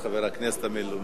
חבר הכנסת בילסקי,